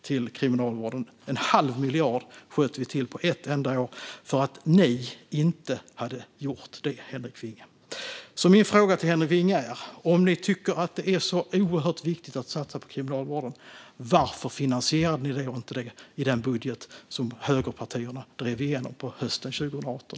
Vi sköt till en halv miljard på ett enda år för att ni inte hade gjort det, Henrik Vinge. Om ni tycker att det är så oerhört viktigt, Henrik Vinge, att satsa på Kriminalvården, varför finansierade ni inte Kriminalvården i den budget som högerpartierna drev igenom hösten 2018?